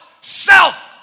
self